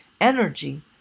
energy